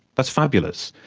that's fabulous,